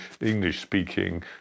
English-speaking